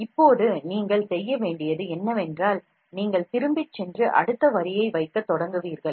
இப்போது நீங்கள் செய்ய வேண்டியது என்னவென்றால் நீங்கள் திரும்பிச் சென்று முனை வழியாக அடுத்த வரியைத் தொடங்கவேண்டும்